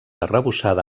arrebossada